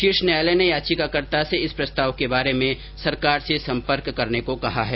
शीर्ष न्यायालय ने याचिकाकर्ता से इस प्रस्ताव के बारे में सरकार से संपर्क करने को कहा है